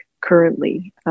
currently